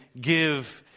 give